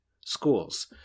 schools